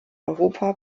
europa